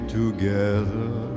together